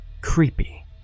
creepy